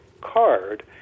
card